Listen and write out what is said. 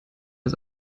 ist